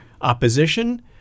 opposition